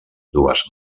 dues